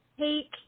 take